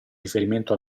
riferimento